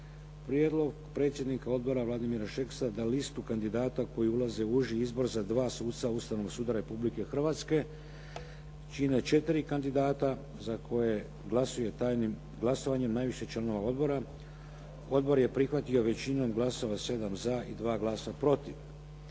Prijedlog predsjednika odbora Vladimira Šeksa da listu kandidata koji ulaze u uži izbor za dva suca Ustavnog suda Republike Hrvatske čine četiri kandidata za koje glasuje tajnim glasovanjem najviše članova odbora odbor je prihvatio većinom glasova 7 za i 2 glasa protiv.